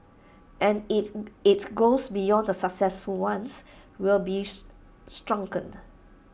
and if IT goes beyond the successful ones we'll be shrunken